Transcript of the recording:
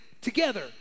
together